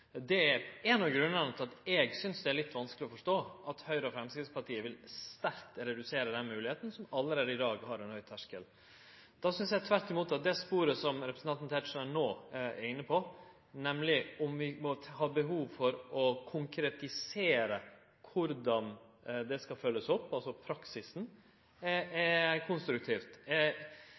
Det er ein av grunnane til at eg synest det er litt vanskeleg å forstå at Høgre og Framstegspartiet vil sterkt redusere den moglegheita som allereie i dag har ein høg terskel. Då synest eg tvert imot at det sporet som representanten Tetzschner no er inne på, nemleg om vi har behov for å konkretisere praksisen, er konstruktivt. Det er